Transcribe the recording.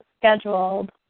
scheduled